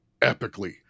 epically